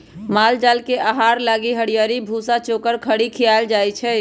माल जाल के आहार लागी हरियरी, भूसा, चोकर, खरी खियाएल जाई छै